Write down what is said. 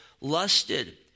lusted